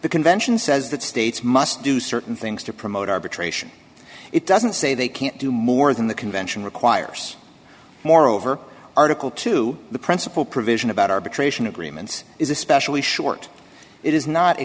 the convention says that states must do certain things to promote arbitration it doesn't say they can't do more than the convention requires moreover article two the principle provision about arbitration agreements is especially short it is not a